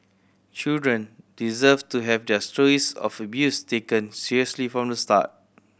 children deserve to have their stories of abuse taken seriously from the start